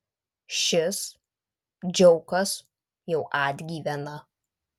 šis džiaukas jau atgyvena